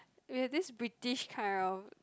we have this British kind of